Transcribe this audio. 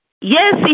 yes